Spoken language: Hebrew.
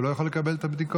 הוא לא יכול לקבל את הבדיקות.